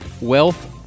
Wealth